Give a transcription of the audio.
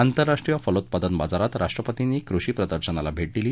आंतरराष्ट्रीय फलोत्पादन बाजारात राष्ट्रपतींनी कृषी प्रदर्शनाला भेट दिली